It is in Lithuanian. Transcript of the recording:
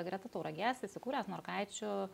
greta tauragės įsikūręs norkaičių